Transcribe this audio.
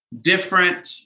different